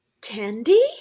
Tandy